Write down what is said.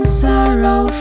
sorrow